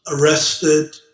arrested